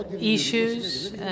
issues